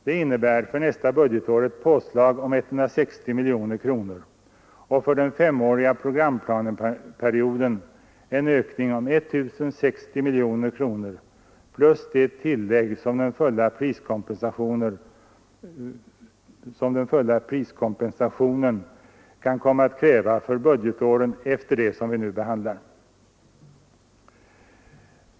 Det innebär för nästa budgetår ett påslag om 160 miljoner kronor och för den femåriga programplaneperioden en ökning om 1 060 miljoner kronor plus de tillägg som den fulla priskompensationen kan komma att kräva för budgetåren efter det som vi nu behandlar.